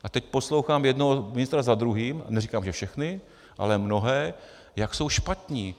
A teď poslouchám jednoho ministra za druhým, neříkám, že všechny, ale mnohé, jak jsou špatní.